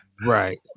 right